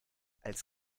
als